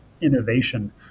innovation